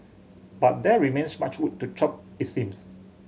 but there remains much wood to chop it seems